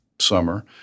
summer